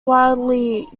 widely